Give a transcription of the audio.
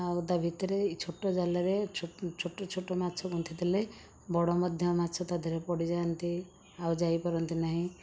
ଆଉ ତା ଭିତରେ ଏଇ ଛୋଟ ଜାଲରେ ଛୋଟ ଛୋଟ ମାଛ ଗୁନ୍ଥିଥିଲେ ବଡ଼ ମଧ୍ୟ ମାଛ ତା ଦିହରେ ପଡ଼ିଯାଆନ୍ତି ଆଉ ଯାଇପାରନ୍ତି ନାହିଁ